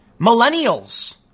Millennials